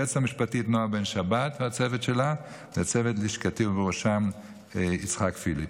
ליועצת המשפטית נעה בן שבת והצוות שלה ולצוות לשכתי ובראשו יצחק פיליפ.